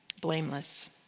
blameless